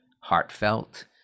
heartfelt